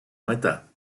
мета